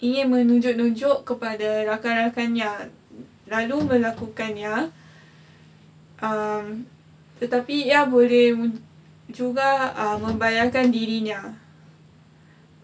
ingin menunjuk-nunjuk kepada rakan rakannya lalu melakukannya um tetapi ia boleh wujud juga membahayakan dirinya